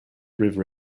river